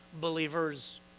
believers